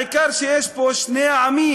העיקר שיש פה שני עמים,